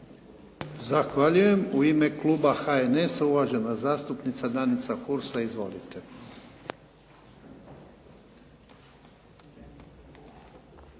Zahvaljujem. U ime kluba IDS-a uvaženi zastupnik Damir Kajin. Izvolite.